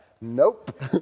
nope